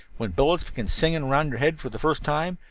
when bullets begin singing around your head for the first time,